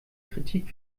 kritik